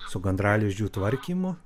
su gandralizdžių tvarkymu